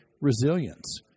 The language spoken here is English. resilience